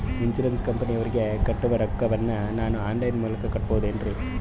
Insurance ಕಂಪನಿಯವರಿಗೆ ಕಟ್ಟುವ ರೊಕ್ಕ ವನ್ನು ನಾನು ಆನ್ ಲೈನ್ ಮೂಲಕ ಕಟ್ಟಬಹುದೇನ್ರಿ?